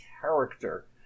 character